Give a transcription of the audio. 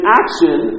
action